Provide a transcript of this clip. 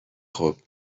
خوب